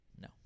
No